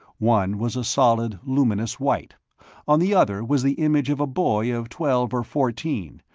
one was a solid luminous white on the other was the image of a boy of twelve or fourteen,